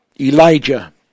Elijah